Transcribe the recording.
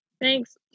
Thanks